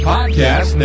Podcast